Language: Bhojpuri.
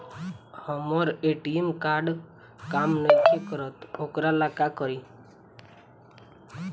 हमर ए.टी.एम कार्ड काम नईखे करत वोकरा ला का करी?